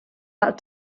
out